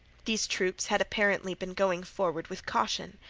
these troops had apparently been going forward with caution,